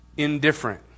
Indifferent